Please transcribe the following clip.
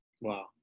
Wow